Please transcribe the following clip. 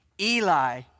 Eli